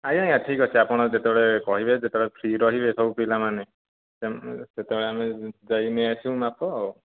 ଆଜ୍ଞା ଆଜ୍ଞା ଠିକ୍ଅଛି ଆପଣ ଯେତେବେଳେ କହିବେ ଯେତେବେଳେ ଫ୍ରି ରହିବେ ସବୁପିଲାମାନେ ସେତେବେଳେ ଆମେ ଯାଇକି ନେଇଆସିବୁ ମାପ ଆଉ